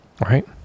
Right